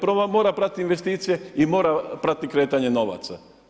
Prvo on mora pratiti investicije i mora pratiti kretanje novaca.